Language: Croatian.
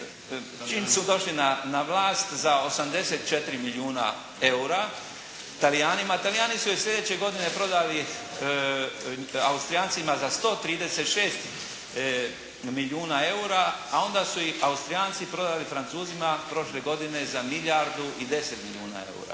čim su došli na vlast, za 84 milijuna eura, Talijanima. Talijani su je sljedeće godine prodali Austrijancima za 136 milijuna eura, a onda su ih Austrijanci prodali Francuzima prošle godine za milijardu i 10 milijuna eura.